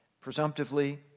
presumptively